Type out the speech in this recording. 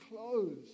clothes